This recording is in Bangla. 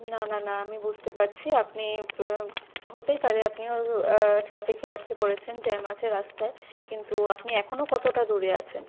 না না না আমি বুঝতে পারছি আপনি হতেই পারে আপনি ওর ট্রাফিকে আটকে পড়েছেন জ্যাম আছে রাস্তায় কিন্তু আপনি এখনো কতোটা দূরে আছেন